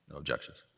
objections.